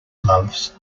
gloves